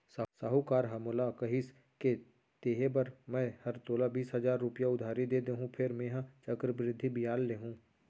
साहूकार ह मोला कहिस के देहे बर मैं हर तोला बीस हजार रूपया उधारी दे देहॅूं फेर मेंहा चक्रबृद्धि बियाल लुहूं